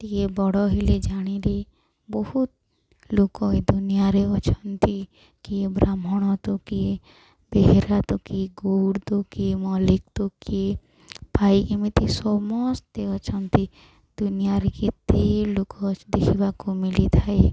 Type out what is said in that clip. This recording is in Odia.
ଟିକେ ବଡ଼ ହେଲେ ଜାଣିଲେ ବହୁତ ଲୋକ ଏ ଦୁନିଆରେ ଅଛନ୍ତି କିଏ ବ୍ରାହ୍ମଣ ତ କିଏ ବେହେରା ତ କିଏ ଗଉଡ଼ ତ କିଏ ମଲ୍ଲିକ ତ କିଏ ପାଇକ ଏମିତି ସମସ୍ତେ ଅଛନ୍ତି ଦୁନିଆଁରେ କେତେ ଲୋକ ଦେଖିବାକୁ ମିଳିଥାଏ